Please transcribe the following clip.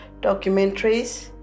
documentaries